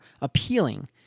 appealing